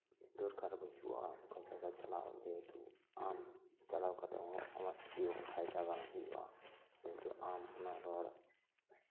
ᱫᱚᱨᱠᱟᱨ ᱵᱟᱹᱱᱩᱜᱼᱟ ᱚᱱᱠᱟᱱ ᱡᱟᱭᱜᱟ ᱪᱟᱞᱟᱣ ᱡᱮᱦᱮᱛᱩ ᱟᱢ ᱪᱟᱞᱟᱣ ᱠᱟᱛᱮᱫ ᱦᱚᱸ ᱟᱢᱟᱜ ᱪᱮᱫ ᱦᱚᱸ ᱯᱷᱟᱭᱫᱟ ᱵᱟᱝ ᱦᱩᱭᱩᱜᱼᱟ ᱠᱤᱱᱛᱩ ᱟᱢ ᱚᱱᱟ ᱨᱚᱲ